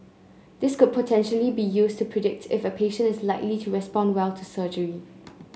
this could potentially be used to predict if a patient is likely to respond well to surgery